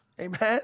Amen